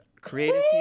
Creative